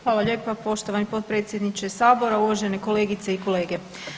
Hvala lijepa poštovani potpredsjedniče Sabora, uvažene kolegice i kolege.